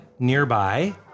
nearby